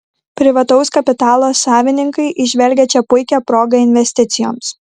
privataus kapitalo savininkai įžvelgia čia puikią progą investicijoms